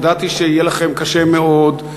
ידעתי שיהיה לכם קשה מאוד,